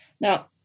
Now